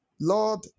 Lord